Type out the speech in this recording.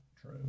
true